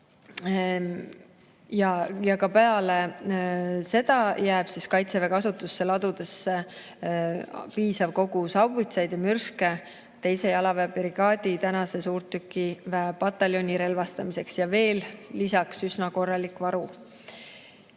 Ja ka peale seda jääb Kaitseväe kasutusse ladudesse piisav kogus haubitsaid ja mürske 2. jalaväebrigaadi tänase suurtükiväepataljoni relvastamiseks ja veel lisaks üsna korralik varu.